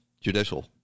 judicial